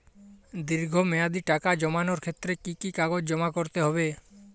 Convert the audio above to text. দীর্ঘ মেয়াদি টাকা জমানোর ক্ষেত্রে কি কি কাগজ জমা করতে হবে?